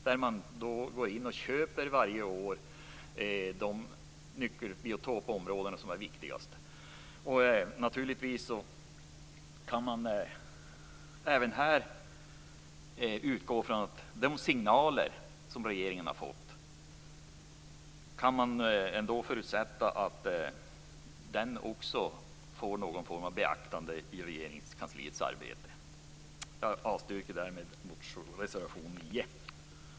Man går varje år in och köper de nyckelbiotopområden om är viktigast. Naturligtvis kan man även här utgå från att de signaler som regeringen har fått får någon form av beaktande i Regeringskansliets arbete. Jag avstyrker därmed reservation 9.